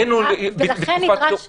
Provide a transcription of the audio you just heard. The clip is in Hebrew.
לכן בקשתכם היא?